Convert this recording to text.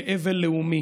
לאבל לאומי.